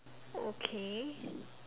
okay